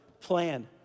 plan